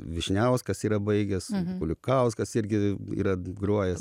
vyšniauskas yra baigęs kulikauskas irgi yra grojęs